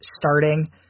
starting